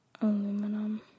Aluminum